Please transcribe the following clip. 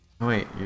Wait